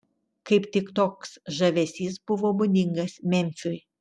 kaip tik toks žavesys buvo būdingas memfiui